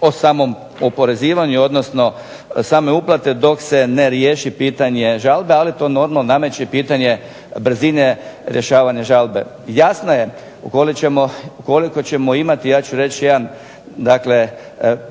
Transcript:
po samom oporezivanju, odnosno same uplate dok se ne riješi pitanje žalbe. Ali to normalno nameće pitanje brzine rješavanja žalbe. Jasno je ukoliko ćemo imati ja ću reći jedan, dakle